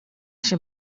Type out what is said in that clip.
się